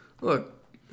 look